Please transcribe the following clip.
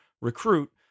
recruit